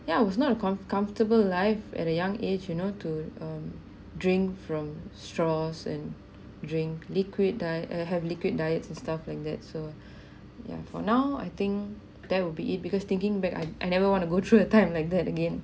yeah it was not a comfortable life at a young age you know to um drink from straws and drink liquid die ah have liquid diet and stuff like that so ya for now I think that will be it because thinking back I I never want to go through a time like that again